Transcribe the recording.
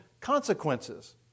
consequences